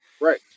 Right